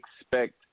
expect